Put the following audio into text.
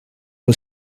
was